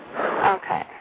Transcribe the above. Okay